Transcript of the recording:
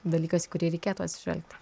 dalykas į kurį reikėtų atsižvelgt